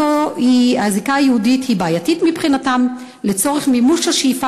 הזיקה היהודית היא בעייתית מבחינתם לצורך מימוש השאיפה